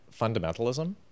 fundamentalism